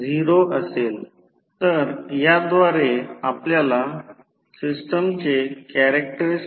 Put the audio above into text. V2 2o आहे आणि येथे ते आहे जेथे I2 आहे 36